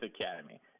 Academy